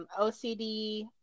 OCD